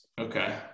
Okay